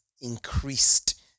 increased